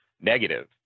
negative